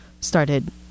started